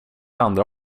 andra